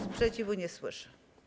Sprzeciwu nie słyszę.